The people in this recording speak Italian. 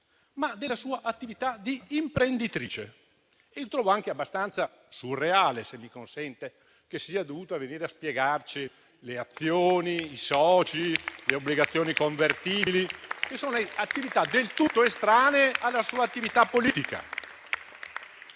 ma della sua attività di imprenditrice. E trovo anche abbastanza surreale - se me lo consente - che sia dovuta venire a spiegarci le azioni, i soci e le obbligazioni convertibili, che sono cose del tutto estranee alla sua attività politica.